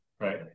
Right